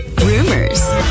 Rumors